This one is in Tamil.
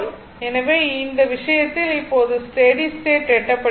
எனவே இந்த விஷயத்தில் இப்போது ஸ்டெடி ஸ்டேட் எட்டப்படுகிறது